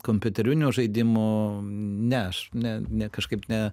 kompiuterinių žaidimo ne aš ne ne kažkaip ne